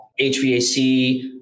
HVAC